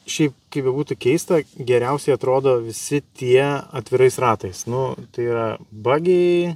šiaip kaip bebūtų keista geriausiai atrodo visi tie atvirais ratais nu tai yra bagiai